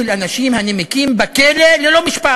של אנשים הנמקים בכלא ללא משפט.